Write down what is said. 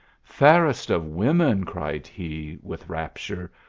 fairest of women, cried he, with rapture,